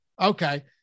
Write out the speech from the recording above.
Okay